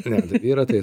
ne vyrą tai